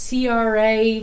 CRA